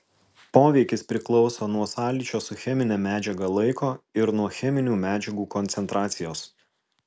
poveikis priklauso nuo sąlyčio su chemine medžiaga laiko ir nuo cheminių medžiagų koncentracijos